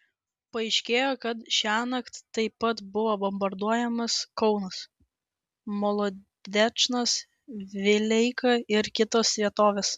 paaiškėjo kad šiąnakt taip pat buvo bombarduojamas kaunas molodečnas vileika ir kitos vietovės